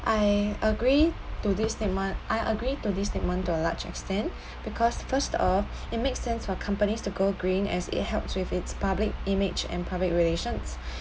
I agree to this statement I agree to this statement to a large extent because first off it makes sense for companies to go green as it helps with its public image and public relations